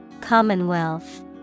Commonwealth